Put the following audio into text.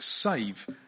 save